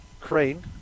Crane